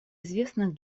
известных